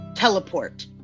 Teleport